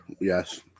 yes